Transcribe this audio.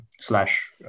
slash